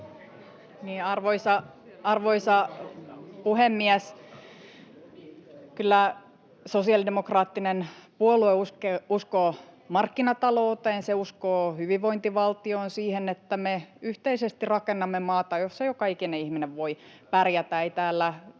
Arvoisa puhemies! Kyllä sosiaalidemokraattinen puolue uskoo markkinatalouteen, ja se uskoo hyvinvointivaltioon, siihen, että me yhteisesti rakennamme maata, jossa joka ikinen ihminen voi pärjätä.